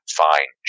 fine